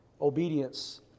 obedience